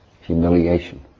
humiliation